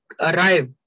arrive